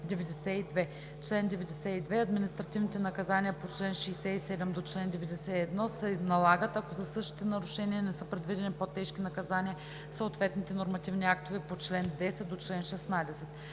„Чл. 92. Административните наказания по чл. 67 до чл. 91 се налагат, ако за същите нарушения не са предвидени по-тежки наказания в съответните нормативни актове по чл. 10 до чл. 16.“